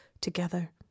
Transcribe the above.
together